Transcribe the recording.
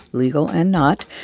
legal and not,